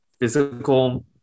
physical